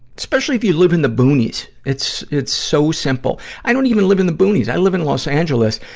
especially if you live in the boonies. it's, it's so simple. i don't even live in the boonies. i live in los angeles,